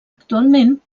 actualment